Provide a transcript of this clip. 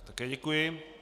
Také děkuji.